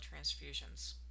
transfusions